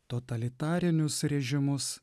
totalitarinius režimus